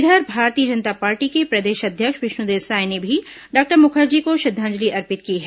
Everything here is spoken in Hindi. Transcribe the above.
इधर भारतीय जनता पार्टी के प्रदेश अध्यक्ष विष्णुदेव साय ने भी डॉक्टर मुखर्जी को श्रद्वांजलि अर्पित की है